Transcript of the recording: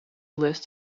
list